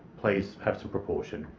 please have some proportion.